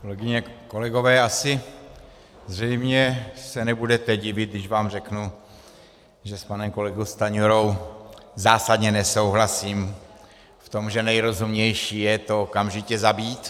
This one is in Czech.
Kolegyně, kolegové, asi zřejmě se nebudete divit, když vám řeknu, že s panem kolegou Stanjurou zásadně nesouhlasím v tom, že nejrozumnější je to okamžitě zabít.